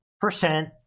percent